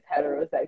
heterosexual